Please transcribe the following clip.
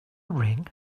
ring